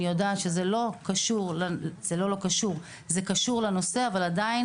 זה קשור לנושא, אבל עדיין